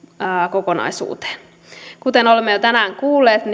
kokonaisuuteen kuten olemme jo tänään kuulleet